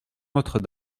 notre